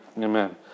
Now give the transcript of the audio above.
Amen